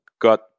got